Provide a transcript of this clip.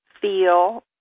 feel